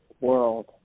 world